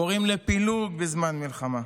קוראים לפילוג בזמן מלחמה.